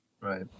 Right